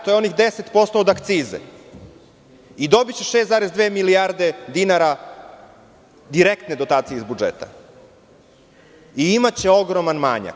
To je onih 10% od akciza i dobiće 6,2 milijarde dinara direktne dotacije iz budžeta i imaće ogroman manjak.